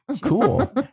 Cool